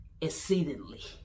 exceedingly